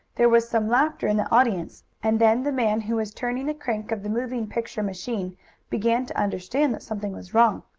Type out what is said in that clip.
there was some laughter in the audience, and then the man who was turning the crank of the moving picture machine began to understand that something was wrong.